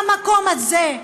מהמקום הזה,